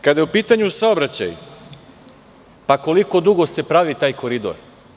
Kada je u pitanju saobraćaj koliko dugo se pravi taj Koridor?